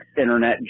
internet